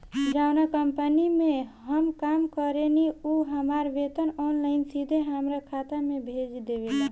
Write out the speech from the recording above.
जावना कंपनी में हम काम करेनी उ हमार वेतन ऑनलाइन सीधे हमरा खाता में भेज देवेले